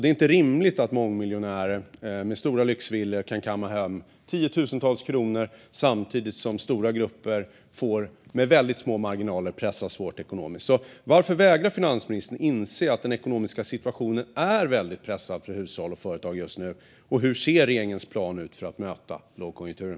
Det är inte rimligt att mångmiljonärer med stora lyxvillor kan kamma hem tiotusentals kronor samtidigt som stora grupper med väldigt små marginaler pressas hårt ekonomiskt. Varför vägrar finansministern inse att den ekonomiska situationen är väldigt pressad för hushåll och företag just nu? Hur ser regeringens plan ut för att möta lågkonjunkturen?